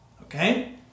okay